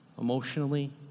emotionally